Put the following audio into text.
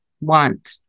want